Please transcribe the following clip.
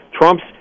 Trump's